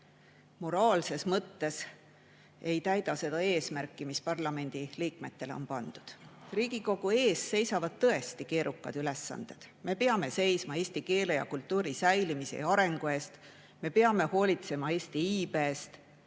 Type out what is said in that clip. moraalses mõttes ei täideta seda [kohust], mis parlamendiliikmetele on pandud. Riigikogu ees seisavad tõesti keerukad ülesanded. Me peame seisma eesti keele ja kultuuri säilimise ja arengu eest. Me peame hoolitsema Eesti iibe eest,